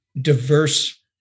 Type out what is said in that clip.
diverse